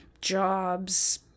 jobs